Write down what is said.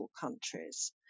countries